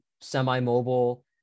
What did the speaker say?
semi-mobile